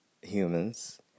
Humans